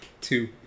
two